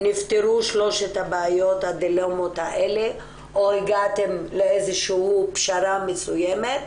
נפתרו שלושת הדילמות והבעיות האלה או שהגעתם לאיזו פשרה מסוימת,